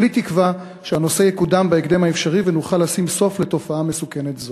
כולי תקווה שהנושא יקודם בהקדם האפשרי ונוכל לשים סוף לתופעה מסוכנת זו.